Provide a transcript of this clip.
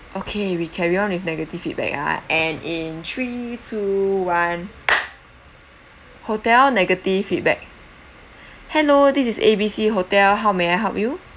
okay we carry on with negative feedback uh and in three two one hotel negative feedback hello this is A B C hotel how may I help you